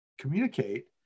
communicate